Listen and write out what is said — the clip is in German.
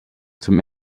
zum